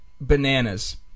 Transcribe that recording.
bananas